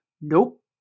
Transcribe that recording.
nope